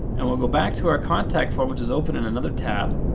and we'll go back to our contact form, which is open in another tab,